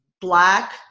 Black